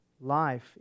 life